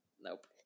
nope